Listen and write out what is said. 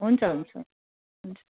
हुन्छ हुन्छ हुन्छ